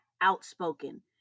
outspoken